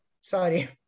Sorry